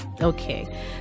Okay